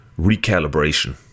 recalibration